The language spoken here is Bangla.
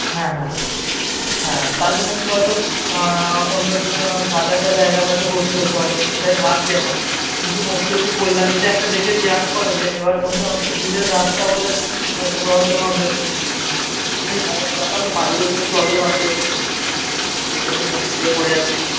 হ্যাঁ হ্যাঁ হ্যাঁ তার জন্য একটু হয়তো অন্য ভালো একটা জায়গায় হয়তো ভর্তি হতে হবে সেটাই ভাবছি এখন কিন্তু মুশকিল হচ্ছে কল্যাণীতে একটা দেখেছি আর্ট কলেজে এবার ওখানে অনেকটা দূরের রাস্তা বলে হয়তো প্রবলেম হবে এটাই সমস্যা তারপর বাড়িরও একটু প্রবলেম আছে সেজন্যই মুশকিলে পড়ে যাচ্ছি